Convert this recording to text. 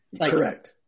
Correct